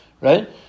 right